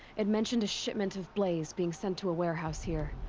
it mentioned a shipment of blaze being sent to a warehouse here.